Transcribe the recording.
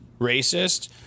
Racist